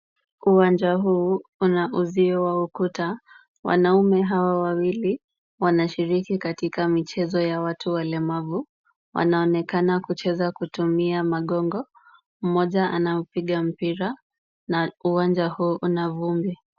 Uwanja huu una uzio wa ukuta. Wanaume hawa wawili wanashiriki katika michezo ya watu walemavu. Wanaonekana kucheza kutumia magongo. Mmoja anaupiga mpira na uwanja huu una vumbi.